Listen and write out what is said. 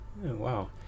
Wow